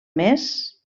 més